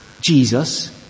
jesus